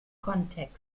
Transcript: kontext